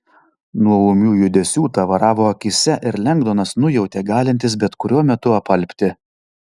nuo ūmių judesių tavaravo akyse ir lengdonas nujautė galintis bet kuriuo metu apalpti